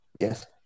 Yes